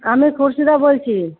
আমি খুশিদা বলছি